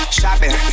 shopping